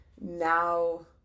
now